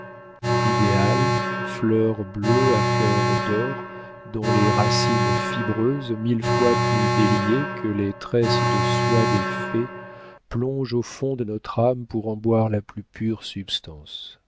idéal fleur bleue à cœur d'or dont les racines fibreuses mille fois plus déliées que les tresses de soie des fées plongent au fond de notre âme pour en boire la plus pure substance